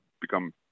become